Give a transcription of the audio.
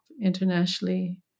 internationally